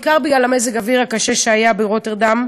בעיקר בגלל מזג האוויר הקשה שהיה ברוטרדם,